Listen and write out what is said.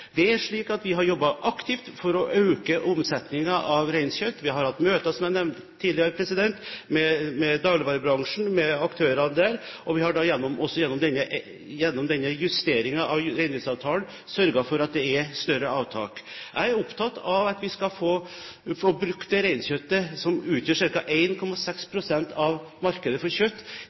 Vi har jobbet aktivt for å øke omsetningen av reinkjøtt, vi har, som jeg nevnte tidligere, hatt møter med dagligvarebransjen, med aktørene der, og vi har også gjennom denne justeringen av reindriftsavtalen sørget for at det er større avtak. Jeg er opptatt av at vi skal få brukt det reinkjøttet, som utgjør ca. 1,6 pst. av markedet for kjøtt,